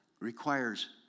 Requires